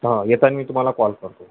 हां येताना मी तुम्हाला कॉल करतो